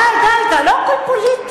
די, די, לא הכול פוליטי.